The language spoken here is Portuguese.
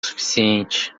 suficiente